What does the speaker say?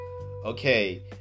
okay